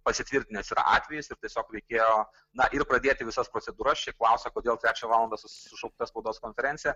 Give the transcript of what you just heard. pasitvirtinęs yra atvejis ir tiesiog reikėjo na ir pradėti visas procedūras šiaip klausė kodėl trečią valandą sušaukta spaudos konferencija